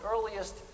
earliest